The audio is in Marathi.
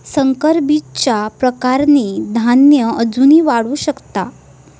संकर बीजच्या प्रकारांनी धान्य अजून वाढू शकता